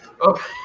Okay